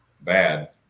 bad